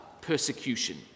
persecution